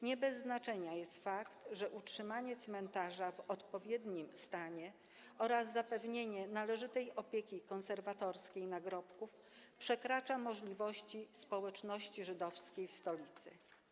Nie bez znaczenia jest fakt, że utrzymanie cmentarza w odpowiednim stanie oraz zapewnienie należytej opieki konserwatorskiej nad nagrobkami przekracza możliwości społeczności żydowskiej w stolicy.